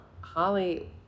Holly